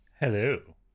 Hello